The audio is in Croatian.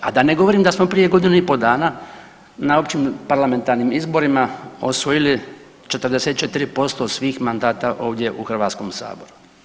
A da ne govorim da smo prije godinu i pol dana na općim parlamentarnim izborima osvojili 44% svih mandata ovdje u Hrvatskom saboru.